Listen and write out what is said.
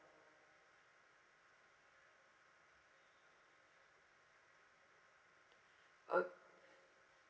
okay